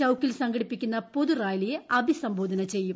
ചൌക്കിൽ സംഘടിപ്പിക്കുന്ന പൊതുറാലിയെ അഭിസംബോധന ചെയ്യും